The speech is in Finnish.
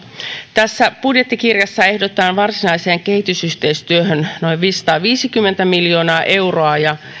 tässä budjettikirjassa ehdotetaan varsinaiseen kehitysyhteistyöhön noin viisisataaviisikymmentä miljoonaa euroa ja